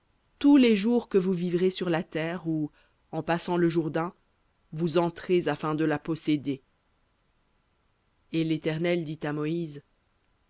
tous les jours que vous vivrez sur la terre où en passant le jourdain vous afin de la posséder et l'éternel dit à moïse